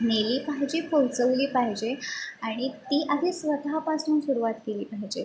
नेली पाहिजे पोहोचवली पाहिजे आणि ती आधी स्वतःपासून सुरवात केली पाहिजे